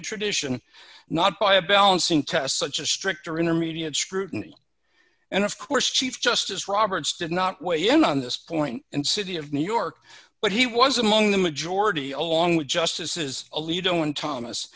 and tradition not by a balancing test such a strict or intermediate scrutiny and of course chief justice roberts did not weigh in on this point and city of new york but he was among the majority along with justices alito and thomas